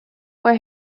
where